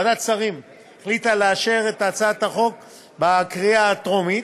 ועדת השרים החליטה לאשר את הצעת החוק בקריאה הטרומית,